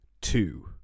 two